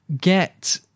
get